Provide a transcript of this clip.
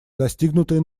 достигнутые